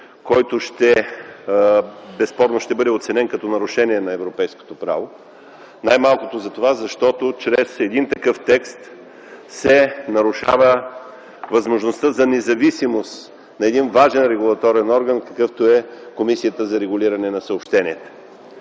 който безспорно ще бъде оценен като нарушение на европейското право, най-малкото за това, защото чрез един такъв текст се нарушава възможността за независимост на един важен регулаторен орган, какъвто е Комисията за регулиране на съобщенията.